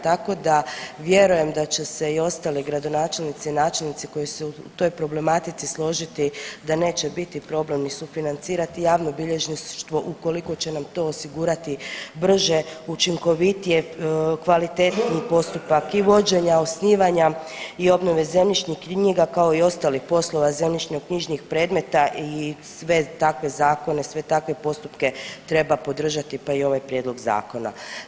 Tako da vjerujem da će se i ostali gradonačelnici i načelnici koji su u toj problematici složiti da neće biti problem ni sufinancirati javno bilježništvo ukoliko će nam to osigurati brže, učinkovitije, kvalitetniji postupak i vođenja osnivanja i obnove zemljišnih knjiga kao i ostalih poslova zemljišno-knjižnih predmeta i sve takve zakone, sve takve postupke treba podržati pa i ovaj prijedlog zakona.